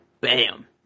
bam